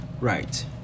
right